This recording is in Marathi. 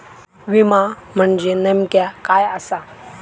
विमा म्हणजे नेमक्या काय आसा?